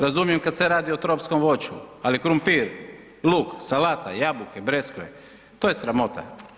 Razumijem kada se radi o tropskom voću, ali krumpir, luk, salata, jabuke, breskve to je sramota.